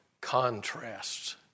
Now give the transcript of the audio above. contrasts